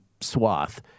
swath